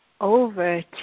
over